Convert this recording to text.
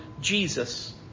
Jesus